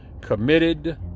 committed